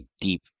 deep